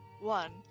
one